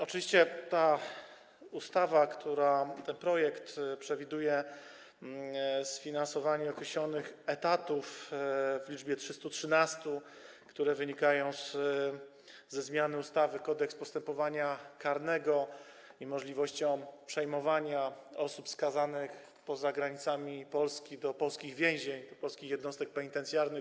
Oczywiście ta ustawa, ten projekt przewiduje sfinansowanie określonych etatów w liczbie 313, które wynikają ze zmiany ustawy Kodeks postępowania karnego i możliwości kierowania osób skazanych poza granicami Polski do polskich więzień, do polskich jednostek penitencjarnych.